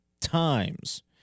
times